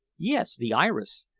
yes. the iris.